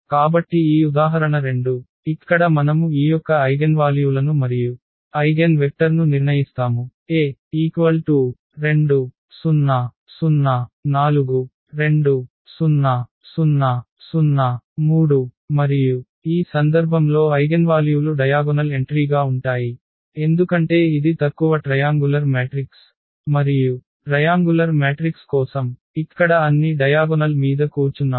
కాబట్టి ఈ ఉదాహరణ 2 ఇక్కడ మనము ఈయొక్క ఐగెన్వాల్యూలను మరియు ఐగెన్వెక్టర్ను నిర్ణయిస్తాము A 2 0 0 4 2 0 0 0 3 మరియు ఈ సందర్భంలో ఐగెన్వాల్యూలు డయాగొనల్ ఎంట్రీగా ఉంటాయి ఎందుకంటే ఇది తక్కువ ట్రయాంగులర్ మ్యాట్రిక్స్ మరియు ట్రయాంగులర్ మ్యాట్రిక్స్ కోసం ఇక్కడ అన్ని డయాగొనల్ మీద కూర్చున్నాము